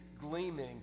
gleaming